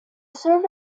served